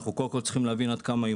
אנחנו קודם כל צריכים להבין עד כמה היא